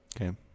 Okay